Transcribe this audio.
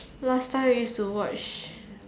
last time I used to watch